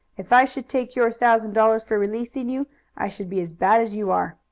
if i should take your thousand dollars for releasing you i should be as bad as you are.